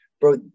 bro